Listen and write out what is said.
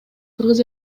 кыргыз